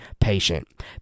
patient